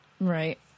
Right